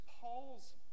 Paul's